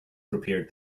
prepared